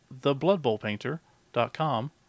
thebloodbowlpainter.com